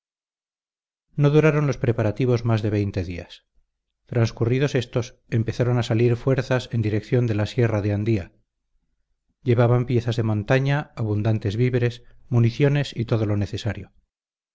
no duraron los preparativos más de veinte días transcurridos éstos empezaron a salir fuerzas en dirección de la sierra de andía llevaban piezas de montaña abundantes víveres municiones y todo lo necesario